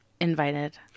invited